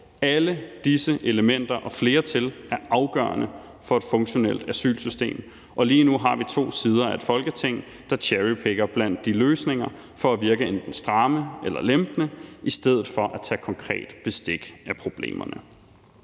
alle disse elementer og flere til er afgørende for et funktionelt asylsystem, og lige nu har vi to sider af et Folketing, der cherrypicker blandt de løsninger for at virke enten stramme eller lempelige i stedet for at tage konkret bestik af problemet.